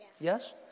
Yes